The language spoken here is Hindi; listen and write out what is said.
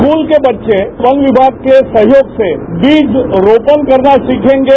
स्कूल के बच्चे वन विभाग के सहयोग से बीज रोपण करना सीखेंगे